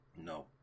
No